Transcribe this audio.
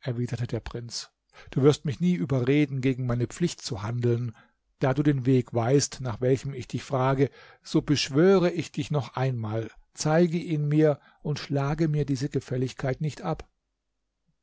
erwiderte der prinz du wirst mich nie überreden gegen meine pflicht zu handeln da du den weg weißt nach welchem ich dich frage so beschwöre ich dich noch einmal zeige ihn mir und schlage mir diese gefälligkeit nicht ab